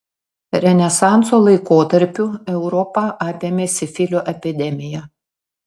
renesanso laikotarpiu europą apėmė sifilio epidemija